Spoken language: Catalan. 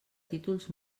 títols